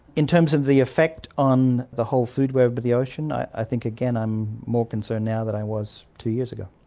in terms of the effect on the whole food web of the ocean, i think, again, i'm more concerned now than i was two years ago.